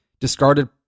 discarded